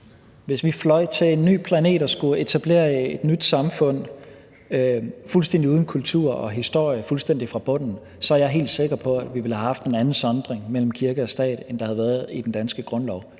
Hvis vi fløj til en ny planet og skulle etablere et nyt samfund, fuldstændig uden kultur og historie, fuldstændig fra bunden, er jeg helt sikker på, at vi ville have haft en anden sondring mellem kirke og stat, end der er i den danske grundlov.